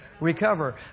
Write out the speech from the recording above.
Recover